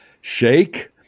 Shake